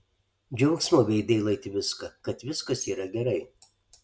džiaugsmu veidai lai tviska kad viskas yra gerai